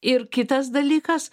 ir kitas dalykas